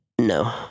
No